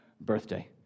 birthday